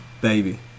Baby